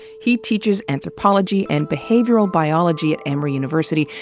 he teaches anthropology and behavioral biology at emory university,